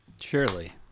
Surely